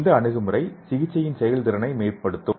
இந்த அணுகுமுறை சிகிச்சை செயல்திறனை மேம்படுத்தும்